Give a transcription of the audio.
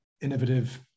innovative